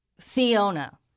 Theona